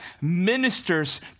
ministers